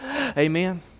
Amen